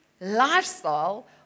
lifestyle